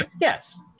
Yes